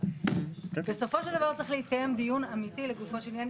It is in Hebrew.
אז בסופו של דבר צריך להתקיים דיון אמיתי לגופו של עניין,